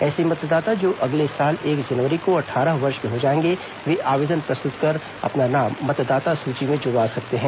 ऐसे मतदाता जो अगले साल एक जनवरी को अट्ठारह वर्ष के हो जाएंगे वे आवेदन प्रस्तुत कर अपना नाम मतदाता सुची में जूडवा सकते हैं